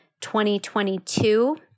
2022